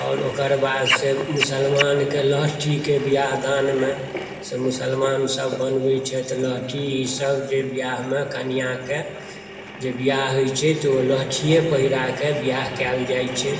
ओकर बाद से मुसलमानकेँ लहठीकेँ बियाह दानमे से मुसलमान सभ बनबै छथि लहठी ई सभ जे बियाहमे कनियाँकेँ जे बियाह होइत छै तऽ ओ लहठिये पहिराकेँ बियाह कयल जाइत छै